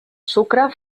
sucre